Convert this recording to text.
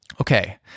okay